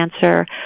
Cancer